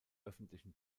öffentlichen